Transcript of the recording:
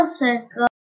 circle